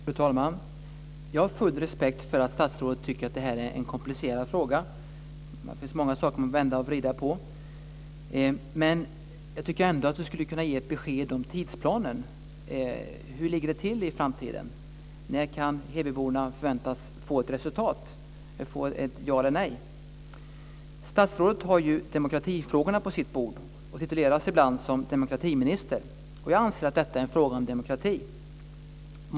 Fru talman! Jag har full respekt för att statsrådet tycker att det här är en komplicerad fråga. Det finns många saker att vrida och vända på. Men jag tycker ändå att hon skulle kunna ge ett besked om tidsplanen. Hur ligger det till i framtiden? När kan hebyborna förväntas få ett svar, få ett ja eller ett nej? Statsrådet har demokratifrågorna på sitt bord och tituleras ibland demokratiminister. Jag anser att detta är en fråga om demokrati.